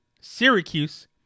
Syracuse